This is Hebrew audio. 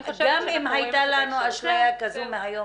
גם אם הייתה לנו אשליה כזו, מהיום